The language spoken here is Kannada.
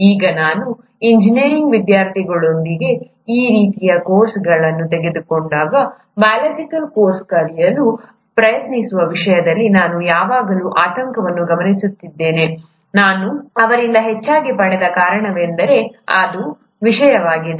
ಈಗ ನಾನು ಇಂಜಿನಿಯರಿಂಗ್ ವಿದ್ಯಾರ್ಥಿಗಳೊಂದಿಗೆ ಈ ರೀತಿಯ ಕೋರ್ಸ್ಗಳನ್ನು ತೆಗೆದುಕೊಂಡಾಗ ಬಯೋಲಾಜಿಕಲ್ ಕೋರ್ಸ್ ಕಲಿಯಲು ಪ್ರಯತ್ನಿಸುವ ವಿಷಯದಲ್ಲಿ ನಾನು ಯಾವಾಗಲೂ ಆತಂಕವನ್ನು ಗಮನಿಸಿದ್ದೇನೆ ಮತ್ತು ನಾನು ಅವರಿಂದ ಹೆಚ್ಚಾಗಿ ಪಡೆದ ಕಾರಣವೆಂದರೆ ಅದು ವಿಷಯವಾಗಿದೆ